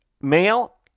male